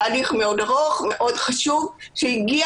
זה תהליך מאוד ארוך ומאוד חשוב שהגיע